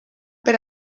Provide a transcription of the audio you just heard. per